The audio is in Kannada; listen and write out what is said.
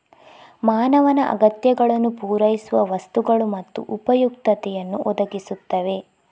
ಮಾನವನ ಅಗತ್ಯಗಳನ್ನು ಪೂರೈಸುವ ವಸ್ತುಗಳು ಮತ್ತು ಉಪಯುಕ್ತತೆಯನ್ನು ಒದಗಿಸುತ್ತವೆ